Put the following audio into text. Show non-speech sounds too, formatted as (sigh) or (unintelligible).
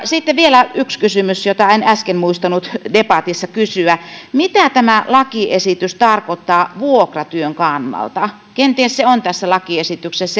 sitten vielä yksi kysymys jota en äsken muistanut debatissa kysyä mitä tämä lakiesitys tarkoittaa vuokratyön kannalta kenties se on tässä lakiesityksessä (unintelligible)